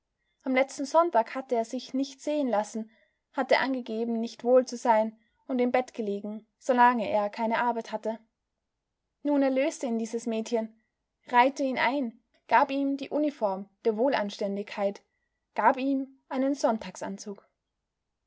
am letzten sonntag hatte er sich nicht sehen lassen hatte angegeben nicht wohl zu sein und im bett gelegen solange er keine arbeit hatte nun erlöste ihn dieses mädchen reihte ihn ein gab ihm die uniform der wohlanständigkeit gab ihm einen sonntagsanzug